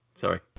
Sorry